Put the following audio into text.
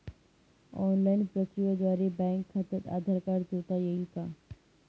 Online प्रक्रियेद्वारे bank खात्यास Aadhaar card जोडता येईल का?